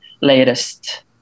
latest